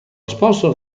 sponsor